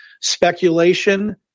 speculation